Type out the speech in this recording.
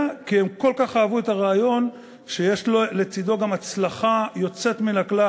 כי הם כל כך אהבו את הרעיון שיש לצדו גם הצלחה יוצאת מן הכלל.